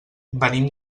venim